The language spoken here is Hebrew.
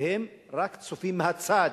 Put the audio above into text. והם רק צופים מהצד,